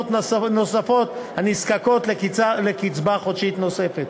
נוספות הנזקקות לקצבה חודשית נוספת.